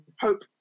hope